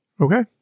Okay